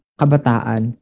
kabataan